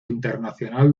internacional